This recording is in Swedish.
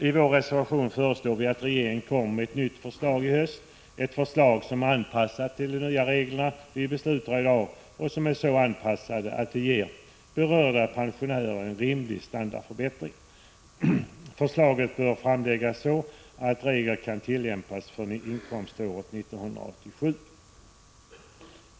I vår reservation föreslår vi att regeringen skall komma med ett nytt förslag i höst, ett förslag som är anpassat till de regler vi beslutar i dag och som är så avvägt att det ger berörda pensionärer en rimlig standardförbättring. Förslaget bör framläggas i så god tid att reglerna kan tillämpas för inkomståret 1987.